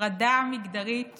הפרדה מגדרית